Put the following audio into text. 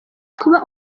kuba